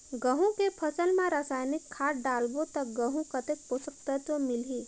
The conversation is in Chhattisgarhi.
गंहू के फसल मा रसायनिक खाद डालबो ता गंहू कतेक पोषक तत्व मिलही?